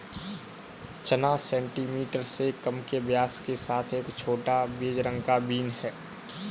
चना सेंटीमीटर से कम के व्यास के साथ एक छोटा, बेज रंग का बीन है